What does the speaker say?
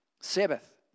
Sabbath